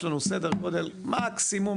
יש לנו סדר גודל של מקסימום,